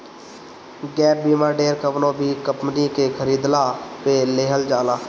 gap बीमा ढेर कवनो भी कंपनी के खरीदला पअ लेहल जाला